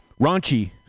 raunchy